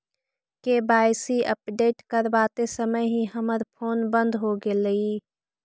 KYC update करवाते समय ही हमर फोन बंद हो गेलई